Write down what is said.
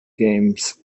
games